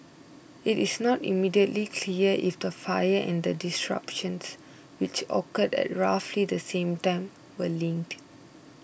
it is not immediately clear if the fire and the disruption which occurred at roughly the same time were linked